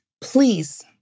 please